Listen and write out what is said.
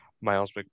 Miles